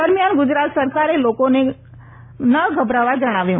દરમિયાન ગુજરાત સરકારે લોકોને નહી ગભરાવા જણાવ્યું